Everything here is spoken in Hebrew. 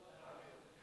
לצפירות של הרכבת: